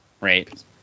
right